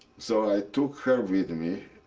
so i took her with me,